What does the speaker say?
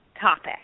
topic